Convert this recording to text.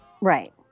Right